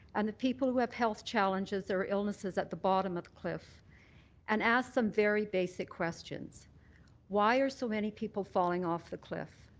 and the people who have health challenges or illness at the bottom the cliff and ask them very basic questions why are so many people falling off the cliff?